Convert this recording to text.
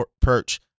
perch